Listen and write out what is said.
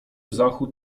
zachód